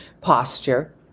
Posture